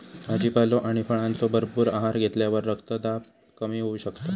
भाजीपालो आणि फळांचो भरपूर आहार घेतल्यावर रक्तदाब कमी होऊ शकता